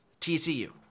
TCU